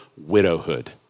widowhood